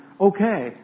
Okay